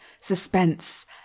suspense